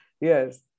Yes